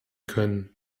können